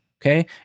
okay